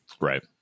Right